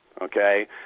okay